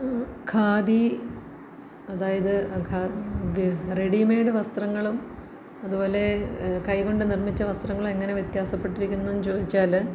ഖാദി അതായത് ഖാ വി റെഡിമെയ്ഡ് വസ്ത്രങ്ങളും അതുപോലെ കൈകൊണ്ട് നിർമിച്ച വസ്ത്രങ്ങളും എങ്ങനെ വ്യത്യാസപ്പെട്ടിരിക്കുന്നു എന്ന് ചോദിച്ചാൽ